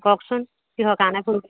কওকচোন কিহৰ কাৰণে ফোন